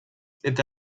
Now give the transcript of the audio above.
est